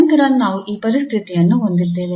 ನಂತರ ನಾವು ಈ ಪರಿಸ್ಥಿತಿಯನ್ನು ಹೊಂದಿದ್ದೇವೆ